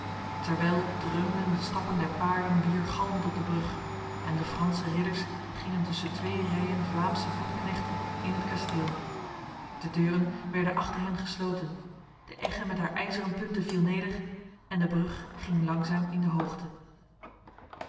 terwijl dreunden de stappen der paarden weergalmend op de brug en de franse ridders gingen tussen twee rijen vlaamse voetknechten in het kasteel de deuren werden achter hen gesloten de egge met haar ijzeren punten viel neder en de brug ging langzaam in de hoogte